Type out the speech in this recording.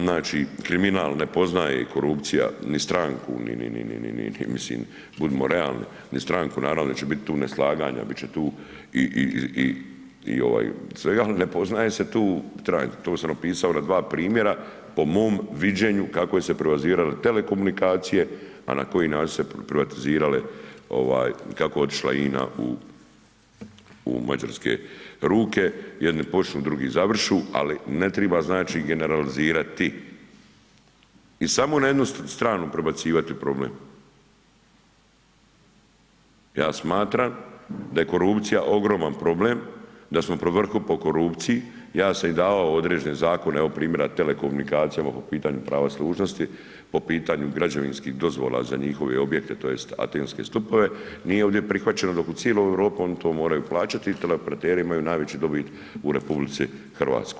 Znači, kriminal ne poznaje i korupcija ni stranku, ni mislim, budimo realni, ni stranku, naravno da će bit tu neslaganja, bit će tu i svega, al ne poznaje se tu trag, to sam opisao na dva primjera po mom viđenju kako je se privatizirale telekomunikacije, a na koji način su se privatizirale, kao je otišla INA u mađarske ruke, jedni počnu, drugi završu, ali ne triba znači generalizirati i samo na jednu stranu prebacivati problem, ja smatram da je korupcija ogroman problem, da smo pri vrhu po korupciji, ja sam im i davao određene zakone, evo primjera telekomunikacijama po pitanju prava služnosti, po pitanju građevinskih dozvola za njihove objekte tj. atenske stupove, nije ovdje prihvaćeno, dok u ciloj Europi oni to moraju plaćati i tele operateri imaju najveći dobit u RH.